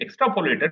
extrapolated